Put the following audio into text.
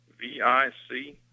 V-I-C